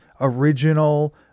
original